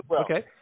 Okay